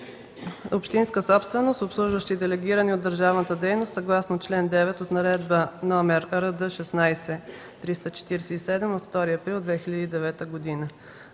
общинска собственост, обслужващи делегирани от държавата дейности съгласно чл. 9 от Наредба № РД-16-347 от 2 април 2009 г.